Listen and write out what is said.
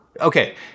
okay